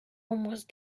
must